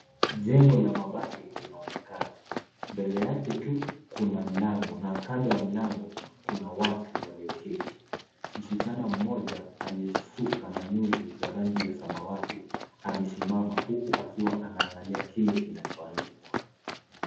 Jengo la mabati linaonekana mbele yake tu kuna mlango na kando ya mlango kuna watu walioketi, msichana mmoja aliyesuka na nyuzi za rangi ya samawati amesimama huku akiwa anaangalia kile kinachoandikwa.